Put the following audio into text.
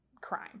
crime